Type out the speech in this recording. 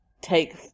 take